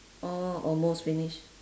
all almost finish